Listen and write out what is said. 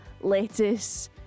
lettuce